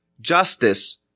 justice